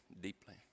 deeply